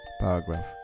paragraph